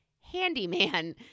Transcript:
handyman